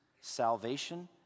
salvation